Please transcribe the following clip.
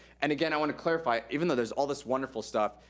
and again, i wanna clarify, even though there's all this wonderful stuff,